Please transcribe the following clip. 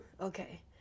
Okay